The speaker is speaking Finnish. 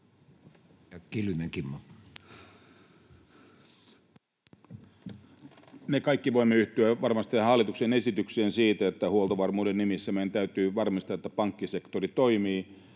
Me kaikki voimme yhtyä varmasti hallituksen esitykseen siitä, että huoltovarmuuden nimissä meidän täytyy varmistaa, että pankkisektori toimii